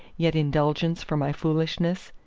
yet indulgence for my foolishness.